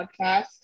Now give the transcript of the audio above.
podcast